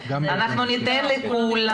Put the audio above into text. אנחנו ניתן לכולם.